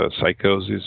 psychosis